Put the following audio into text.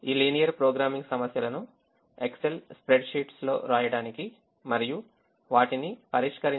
ఈ linear programming సమస్యలను Excel spreadsheets లో వ్రాయడానికి మరియు వాటిని పరిష్కరించడానికి మీకు ఎక్సెల్ అవసరం